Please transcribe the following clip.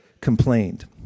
complained